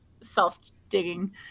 self-digging